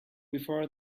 before